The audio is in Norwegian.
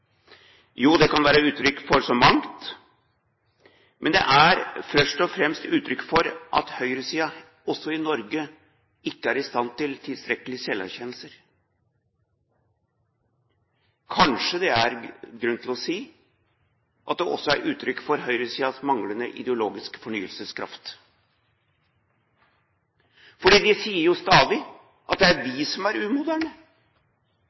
Jo, det kan være uttrykk for så mangt, men det er først og fremst uttrykk for at høyresiden også i Norge ikke er i stand til tilstrekkelig selverkjennelse. Kanskje det er grunn til å si at det også er uttrykk for høyresidens manglende ideologiske fornyelseskraft. De sier stadig at det er